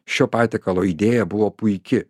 šio patiekalo idėja buvo puiki